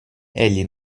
egli